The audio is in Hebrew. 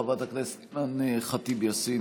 חברת הכנסת אימאן ח'טיב יאסין,